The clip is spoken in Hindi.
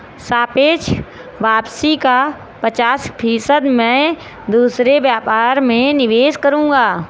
सापेक्ष वापसी का पचास फीसद मैं दूसरे व्यापार में निवेश करूंगा